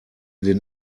den